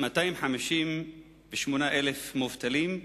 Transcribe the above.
258,000 מובטלים,